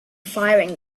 firing